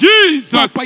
Jesus